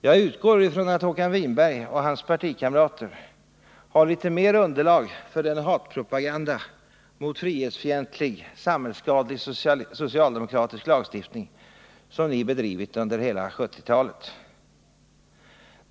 Jag utgår ifrån att Håkan Winberg och hans partikamrater har litet mer underlag för den hatpropaganda mot frihetsfientlig, samhällsskadlig socialdemokratisk lagstiftning som ni har bedrivit under hela 1970-talet.